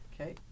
Okay